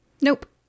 nope